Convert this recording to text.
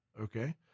okay